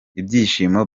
ibyishimo